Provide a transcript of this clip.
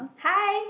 hi